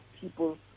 people